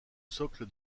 socle